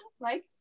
Mike